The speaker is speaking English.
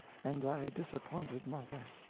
and thy disappointed mother.